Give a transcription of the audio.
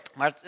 Maar